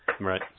Right